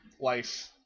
life